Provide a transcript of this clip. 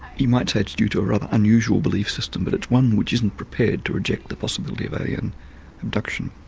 you might say it's due to a rather unusual belief system but it's one which isn't prepared to reject the possibility of alien abduction.